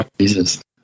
Jesus